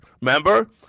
remember